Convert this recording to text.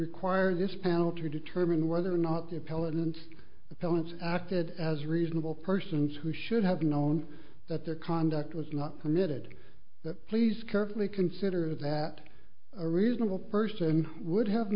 require this panel to determine whether or not the appellant appellants acted as reasonable persons who should have known that their conduct was not committed that please carefully consider that a reasonable person would have